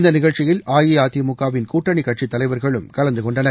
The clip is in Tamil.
இந்த நிகழ்ச்சியில் அஇஅதிமுகவிள் கூட்டணி கட்சித் தலைவர்களும் கலந்து கொண்டனர்